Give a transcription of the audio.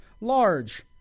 large